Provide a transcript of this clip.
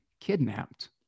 kidnapped